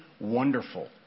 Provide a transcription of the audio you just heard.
wonderful